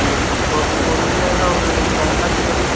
ठीक है थोक में वह मिल जाएगा और यह लहंगा चुनरी